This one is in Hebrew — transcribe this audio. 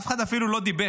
אף אחד אפילו לא דיבר.